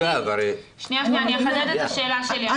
אני אחדד את השאלה שלי,